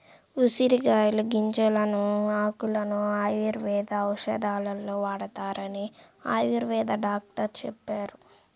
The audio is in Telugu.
ఉసిరికాయల గింజలను, ఆకులను ఆయుర్వేద ఔషధాలలో వాడతారని ఆయుర్వేద డాక్టరు చెప్పారు